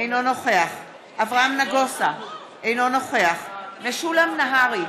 אינו נוכח אברהם נגוסה, אינו נוכח משולם נהרי,